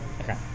okay